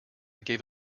gave